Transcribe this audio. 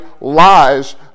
lies